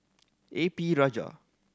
A P Rajah